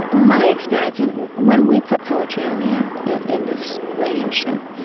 but my experience, and when we put poetry on the air in this radio show,